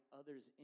others